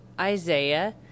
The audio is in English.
Isaiah